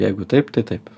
jeigu taip tai taip